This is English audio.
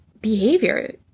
behavior